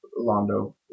Londo